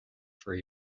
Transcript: for